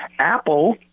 Apple